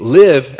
live